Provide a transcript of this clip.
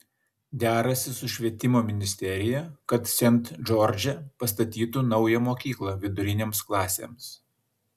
derasi su švietimo ministerija kad sent džordže pastatytų naują mokyklą vidurinėms klasėms